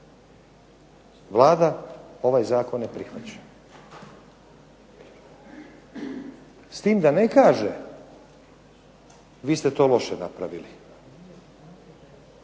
Vlada ovaj zakon ne prihvaća, s time da ne kaže vi ste to loše napravili